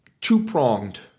two-pronged